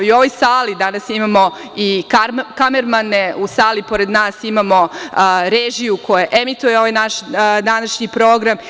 I u ovoj sali danas imamo i kamermane, u sali pored nas imamo režiju koja emituje ovaj naš današnji program.